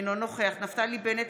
אינו נוכח נפתלי בנט,